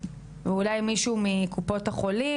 אולי מישהו מקופות החולים,